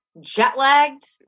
jet-lagged